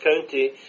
County